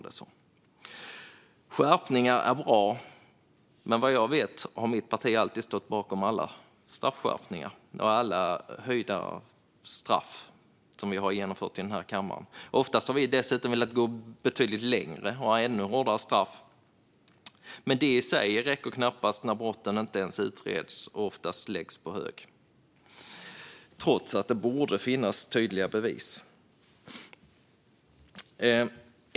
Straffskärpningar är bra, och vad jag vet har mitt parti alltid stått bakom alla straffskärpningar som vi har infört i den här kammaren. Oftast har vi dessutom velat gå betydligt längre och ha ännu hårdare straff. Men det i sig räcker knappast när brotten inte ens utreds och ofta läggs på hög, trots att det borde finnas tydliga bevis.